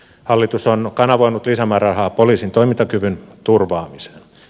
hallitus on kanavoinut lisämäärärahaa poliisin toimintakyvyn turvaamiseen